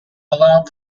allow